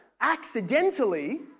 accidentally